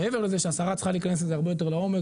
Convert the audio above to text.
מעבר לזה שהשרה צריכה להיכנס לזה הרבה יותר לעומק,